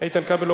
איתן כבל ביטל?